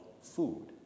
food